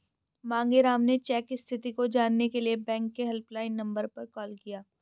मांगेराम ने चेक स्थिति को जानने के लिए बैंक के हेल्पलाइन नंबर पर कॉल किया